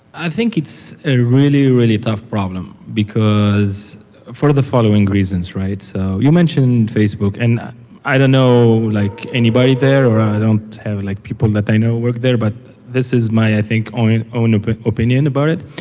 i think it's a really, really tough problem, because for the following reasons, right? so you mentioned facebook, and i don't know like anybody there or i don't have like people that i know work there, but this is my, i think, own own but opinion about it.